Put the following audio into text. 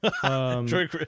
Troy